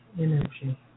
energy